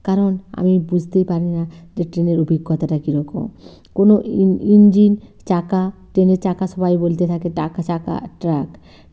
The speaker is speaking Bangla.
কারণ আমি বুঝতেই পারি না যে ট্রেনের অভিজ্ঞতাটা কীরকম কোনো ইন ইঞ্জিন চাকা ট্রেনের চাকা সবাই বলতে থাকে টাকা চাকা ট্র্যাক